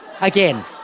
Again